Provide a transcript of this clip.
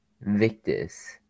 victus